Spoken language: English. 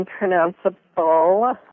unpronounceable